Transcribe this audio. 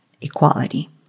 equality